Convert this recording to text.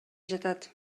жатат